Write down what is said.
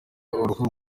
uruhu